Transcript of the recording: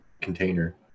container